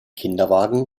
kinderwagen